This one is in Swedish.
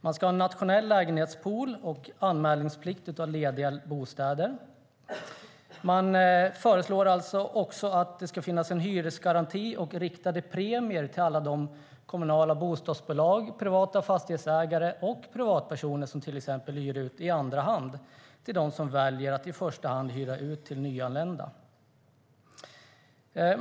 Man ska ha en nationell lägenhetspool och anmälningsplikt av lediga bostäder. Boverket föreslår också att det ska finnas en hyresgaranti och riktade premier till alla de kommunala bostadsbolag, privata fastighetsägare och privatpersoner som till exempel hyr ut i andra hand som väljer att i första hand hyra ut till nyanlända.